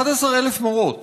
11,000 מורות,